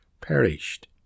perished